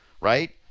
right